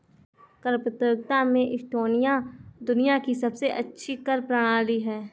कर प्रतियोगिता में एस्टोनिया दुनिया की सबसे अच्छी कर प्रणाली है